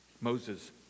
Moses